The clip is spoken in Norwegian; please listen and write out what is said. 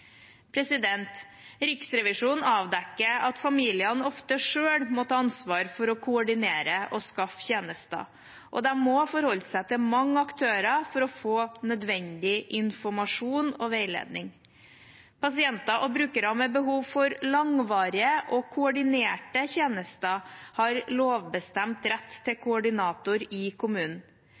Riksrevisjonen avdekker at familiene ofte selv må ta ansvar for å koordinere og skaffe tjenester, og de må forholde seg til mange aktører for å få nødvendig informasjon og veiledning. Pasienter og brukere med behov for langvarige og koordinerte tjenester har lovbestemt rett til koordinator i kommunen.